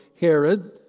Herod